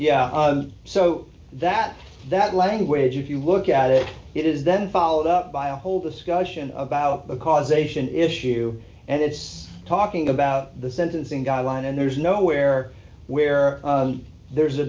yeah so that that language if you look at it it is then followed up by a whole discussion about a causation issue and it's talking about the sentencing guideline and there's nowhere where there's a